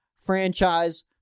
franchise